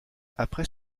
après